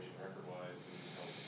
record-wise